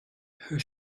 her